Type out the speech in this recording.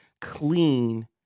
clean